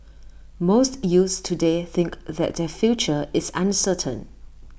most youths today think that their future is uncertain